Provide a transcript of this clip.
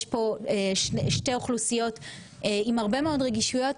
יש פה שתי אוכלוסיות עם הרבה מאוד רגישויות.